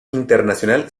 internacional